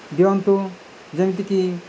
ଦିଅନ୍ତୁ ଯେମିତିକି